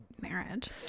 marriage